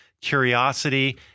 curiosity